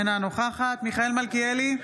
אינה נוכחת מיכאל מלכיאלי,